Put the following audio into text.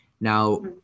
Now